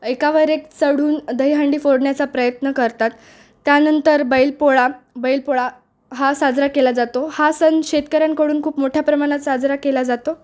एकावर एक चढून दहीहांडी फोडण्याचा प्रयत्न करतात त्यानंतर बैलपोळा बैलपोळा हा साजरा केला जातो हा सण शेतकऱ्यांकडून खूप मोठ्या प्रमाणात साजरा केला जातो